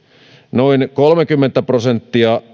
noin kolmekymmentä prosenttia